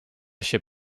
się